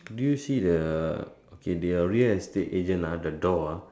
do you see the okay the real estate agent ah the door ah